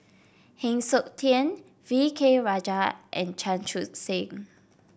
Heng Siok Tian V K Rajah and Chan Chun Sing